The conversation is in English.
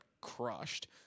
crushed